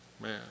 man